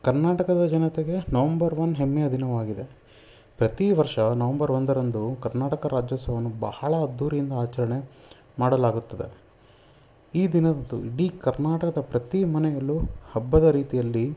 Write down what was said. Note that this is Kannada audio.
ಕರ್ನಾಟಕದ ಜನತೆಗೆ ನವಂಬರ್ ಒನ್ ಹೆಮ್ಮೆಯ ದಿನವಾಗಿದೆ ಪ್ರತಿ ವರ್ಷ ನವಂಬರ್ ಒಂದರಂದು ಕರ್ನಾಟಕ ರಾಜ್ಯೋತ್ಸವವನ್ನು ಬಹಳ ಅದ್ಧೂರಿಯಿಂದ ಆಚರಣೆ ಮಾಡಲಾಗುತ್ತದೆ ಈ ದಿನ ಅಂತೂ ಇಡೀ ಕರ್ನಾಟಕದ ಪ್ರತಿ ಮನೆಯಲ್ಲೂ ಹಬ್ಬದ ರೀತಿಯಲ್ಲಿ